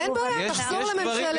אין בעיה, נחזור לממשלת השינוי.